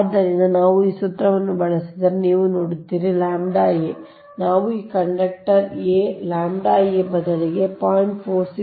ಆದ್ದರಿಂದ ನಾವು ಈ ಸೂತ್ರವನ್ನು ಬಳಸಿದರೆ ನೀವು ನೋಡುತ್ತೀರಿ ʎa ನಾವು ಈಗ ಕಂಡಕ್ಟರ್ a ʎa ಬದಲಿಗೆ 0